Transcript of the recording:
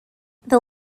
this